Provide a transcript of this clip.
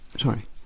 Sorry